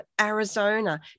arizona